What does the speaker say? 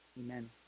amen